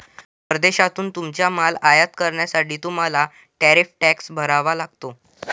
परदेशातून तुमचा माल आयात करण्यासाठी तुम्हाला टॅरिफ टॅक्स भरावा लागतो